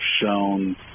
shown